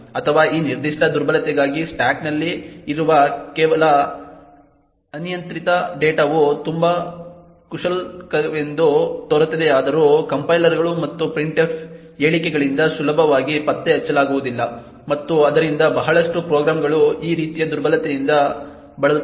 ಅಥವಾ ಈ ನಿರ್ದಿಷ್ಟ ದುರ್ಬಲತೆಗಾಗಿ ಸ್ಟಾಕ್ನಲ್ಲಿ ಇರುವ ಕೆಲವು ಅನಿಯಂತ್ರಿತ ಡೇಟಾವು ತುಂಬಾ ಕ್ಷುಲ್ಲಕವೆಂದು ತೋರುತ್ತದೆಯಾದರೂ ಕಂಪೈಲರ್ಗಳು ಮತ್ತು printf ಹೇಳಿಕೆಗಳಿಂದ ಸುಲಭವಾಗಿ ಪತ್ತೆಹಚ್ಚಲಾಗುವುದಿಲ್ಲ ಮತ್ತು ಆದ್ದರಿಂದ ಬಹಳಷ್ಟು ಪ್ರೋಗ್ರಾಂಗಳು ಈ ರೀತಿಯ ದುರ್ಬಲತೆಯಿಂದ ಬಳಲುತ್ತವೆ